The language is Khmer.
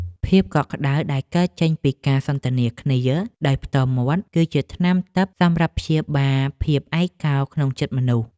ភាពកក់ក្ដៅដែលកើតចេញពីការសន្ទនាគ្នាដោយផ្ទាល់មាត់ គឺជាថ្នាំទិព្វសម្រាប់ព្យាបាលភាពឯកោក្នុងចិត្តមនុស្ស។